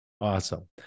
awesome